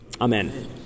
Amen